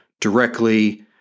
directly